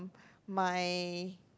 my